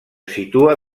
situa